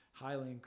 highly